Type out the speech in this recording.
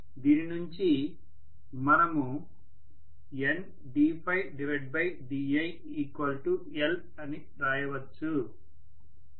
దీనినుంచి మనము NddiL అని రాయవచ్చు